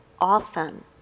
often